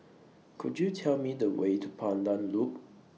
Could YOU Tell Me The Way to Pandan Loop